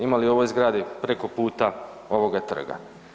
Ima li u o ovoj zgradi preko puta ovoga trga?